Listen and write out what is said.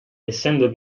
essendo